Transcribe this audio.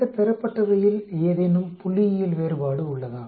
இந்த பெறப்பட்டவையில் ஏதேனும் புள்ளியியல் வேறுபாடு உள்ளதா